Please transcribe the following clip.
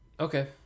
Okay